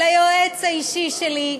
ליועץ האישי שלי,